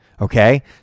Okay